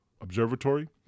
observatory